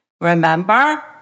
Remember